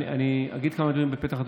אגיד כמה דברים בפתח.